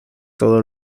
todo